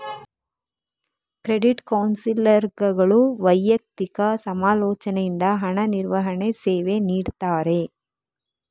credit ಕೌನ್ಸಿಲರ್ಗಳು ವೈಯಕ್ತಿಕ ಸಮಾಲೋಚನೆಯಿಂದ ಹಣ ನಿರ್ವಹಣೆ ಸೇವೆ ನೀಡ್ತಾರೆ